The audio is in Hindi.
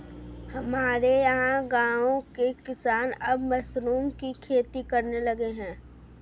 हमारे यहां गांवों के किसान अब मशरूम की खेती करने लगे हैं